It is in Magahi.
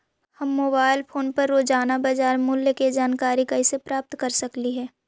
हम मोबाईल फोन पर रोजाना बाजार मूल्य के जानकारी कैसे प्राप्त कर सकली हे?